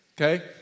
okay